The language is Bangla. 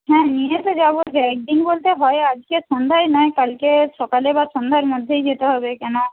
হ্যাঁ নিয়ে তো যাবই একদিন বলতে হয় আজকে সন্ধ্যায় নয় কালকে সকালে বা সন্ধ্যার মধ্যেই যেতে হবে কেন